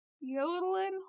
Yodeling